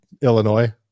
Illinois